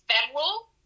federal